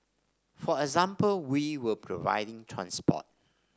for example we were providing transport